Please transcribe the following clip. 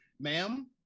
ma'am